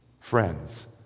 Friends